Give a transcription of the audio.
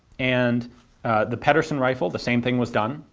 and the pedersen rifle the same thing was done,